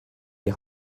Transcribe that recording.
die